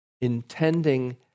Intending